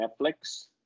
Netflix